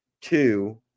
Two